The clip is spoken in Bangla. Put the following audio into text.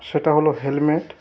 সেটা হলো হেলমেট